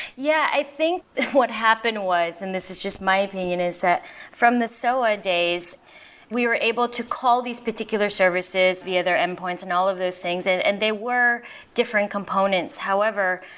yeah, i think what happened was, and this is just my opinion, is that from the soa days we were able to call these particular services via their endpoints and all of those things and they were different components. however,